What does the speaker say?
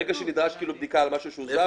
ברגע שנדרשת בדיקה על משהו שהוא זר.